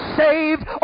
saved